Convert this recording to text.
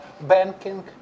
banking